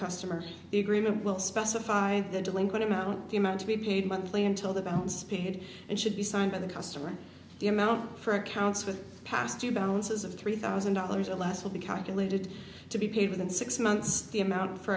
customer the agreement will specify the delinquent amount the amount to be paid monthly until the bounce paid and should be signed by the customer the amount for accounts for the past two balances of three thousand dollars or less will be calculated to be paid within six months the amount for